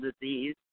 disease